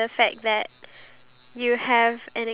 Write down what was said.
we managed to